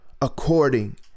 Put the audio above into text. according